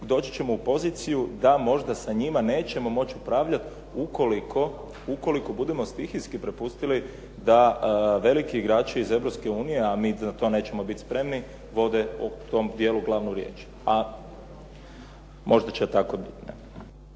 doći ćemo u poziciju da možda sa njima nećemo moći upravljati ukoliko budemo stihijski prepustili da veliki igrači iz Europske unije, a mi za to nećemo biti spremni, vode u tome dijelu glavnu riječ. A možda će tako biti.